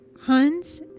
Hans